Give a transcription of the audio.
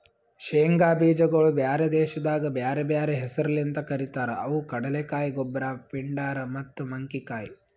ಶೇಂಗಾ ಬೀಜಗೊಳ್ ಬ್ಯಾರೆ ದೇಶದಾಗ್ ಬ್ಯಾರೆ ಬ್ಯಾರೆ ಹೆಸರ್ಲಿಂತ್ ಕರಿತಾರ್ ಅವು ಕಡಲೆಕಾಯಿ, ಗೊಬ್ರ, ಪಿಂಡಾರ್ ಮತ್ತ ಮಂಕಿಕಾಯಿ